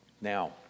Now